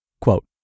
Quote